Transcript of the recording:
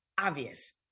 obvious